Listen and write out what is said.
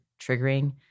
triggering